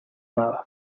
nada